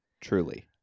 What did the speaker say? Truly